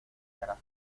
harás